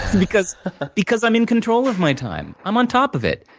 because because i'm in control of my time, i'm on top of it.